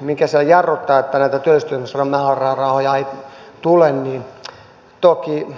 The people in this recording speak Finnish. mikä siellä jarruttaa että näitä työllistymismäärärahoja ei tule niin toki